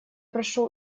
прошу